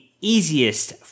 easiest